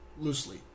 Loosely